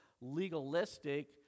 legalistic